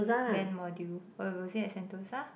band module wa~ was it at Sentosa